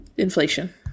Inflation